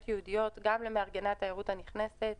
ייעודיות גם למארגני תיירות נכנסת.